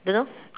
don't know